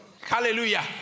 Hallelujah